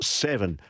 seven